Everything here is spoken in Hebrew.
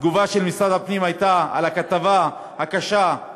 התגובה של משרד הפנים על הכתבה הקשה הייתה: